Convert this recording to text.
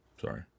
Sorry